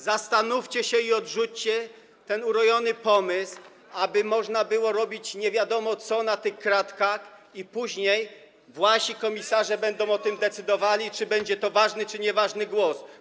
Zastanówcie się i odrzućcie ten urojony pomysł, aby można było robić nie wiadomo co w tych kratkach i później wasi komisarze będą decydowali o tym, czy będzie to ważny czy nieważny głos.